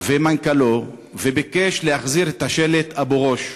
ומנכ"לו וביקש להחזיר את השלט "אבו-גוש".